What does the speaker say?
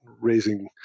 raising